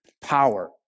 power